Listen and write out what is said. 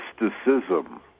mysticism